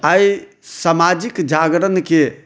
आइ सामाजिक जागरण के